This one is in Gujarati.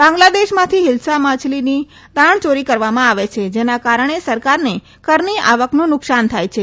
બાંગ્લાદેશમાંથી હિલ્સા માછલીની દાણચોરી કરવામાં આવે છે જેના કારણે સરકારને કરની આવકનું નુકશાન થાય છે